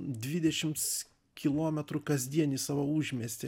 dvidešims kilometrų kasdien į savo užmiestį